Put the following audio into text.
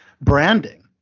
branding